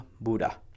Buddha